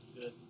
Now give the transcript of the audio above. Good